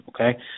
okay